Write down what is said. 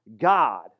God